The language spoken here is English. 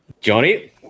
Johnny